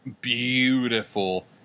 beautiful